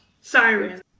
Sirens